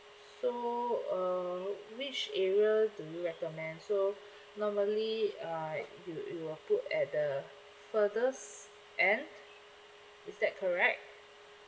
so uh which area do you recommend so normally uh you you will put at the furthest end is that correct